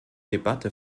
debatte